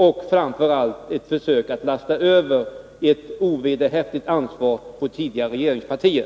Och framför allt försöker man på ett ovederhäftigt sätt lasta över ansvaret på tidigare regeringspartier.